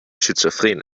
schizophren